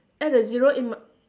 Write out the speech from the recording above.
add a zero in m~